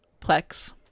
Plex